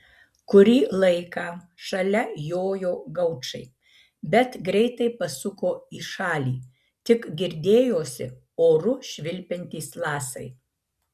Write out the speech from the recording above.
kurį laiką šalia jojo gaučai bet greitai pasuko į šalį tik girdėjosi oru švilpiantys lasai